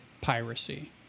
piracy